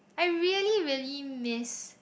I really really miss